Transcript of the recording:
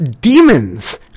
demons